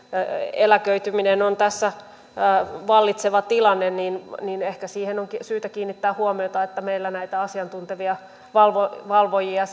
eläköityminen on tässä vallitseva tilanne niin niin ehkä siihen on syytä kiinnittää huomiota että meillä jatkossa koulutetaan asiantuntevia valvojia valvojia